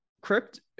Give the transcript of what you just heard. crypt